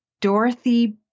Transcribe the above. Dorothy